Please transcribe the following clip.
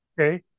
Okay